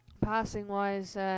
Passing-wise